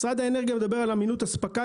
משרד האנרגיה מדבר על אמינות אספקה,